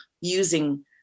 using